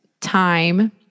time